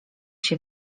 się